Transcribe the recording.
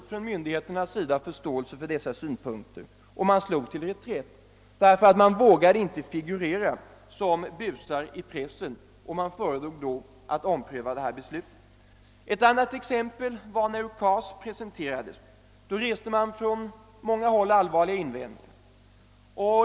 Då fick myndigheterna plötsligt förståelse för dessa synpunkter och slog till reträtt, därför att de inte vågade figurera som busar i pressen utan föredrog att ompröva beslutet. Ett annat exempel: När UKAS presenterades restes från många håll allvarliga invändningar.